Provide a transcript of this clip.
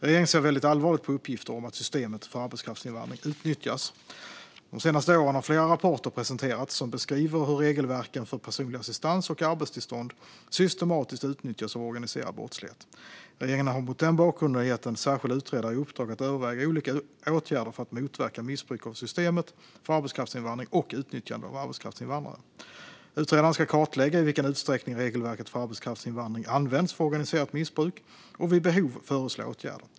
Regeringen ser väldigt allvarligt på uppgifter om att systemet för arbetskraftsinvandring utnyttjas. De senaste åren har flera rapporter presenterats som beskriver hur regelverken för personlig assistans och arbetstillstånd systematiskt utnyttjas av organiserad brottslighet. Regeringen har mot den bakgrunden gett en särskild utredare i uppdrag att överväga olika åtgärder för att motverka missbruk av systemet för arbetskraftsinvandring och utnyttjande av arbetskraftsinvandrare. Utredaren ska kartlägga i vilken utsträckning regelverket för arbetskraftsinvandring används för organiserat missbruk och vid behov föreslå åtgärder.